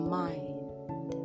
mind